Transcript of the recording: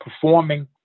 performing